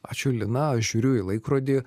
ačiū lina aš žiūriu į laikrodį